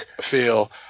feel